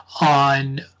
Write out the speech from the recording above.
on